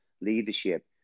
leadership